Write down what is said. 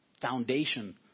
foundation